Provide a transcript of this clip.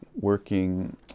working